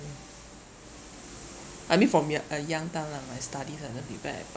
I mean from you~ uh young time lah my studies like that be bad at